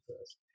first